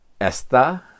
esta